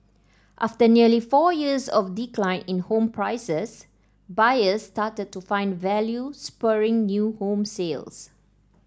after nearly four years of decline in home prices buyers started to find value spurring new home sales